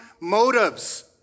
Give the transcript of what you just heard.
motives